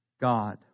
God